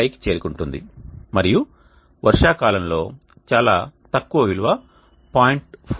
75కి చేరుకుంటుంది మరియు వర్షాకాలంలో చాలా తక్కువ విలువ 0